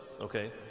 okay